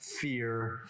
fear